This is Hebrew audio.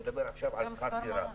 אני מדבר עכשיו על שכר דירה.